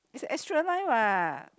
it's a extra line lah